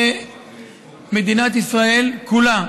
שמדינת ישראל כולה,